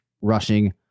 rushing